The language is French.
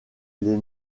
les